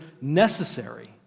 necessary